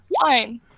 Fine